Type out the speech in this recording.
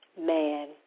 Man